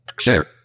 Share